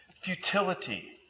Futility